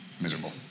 miserable